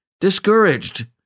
discouraged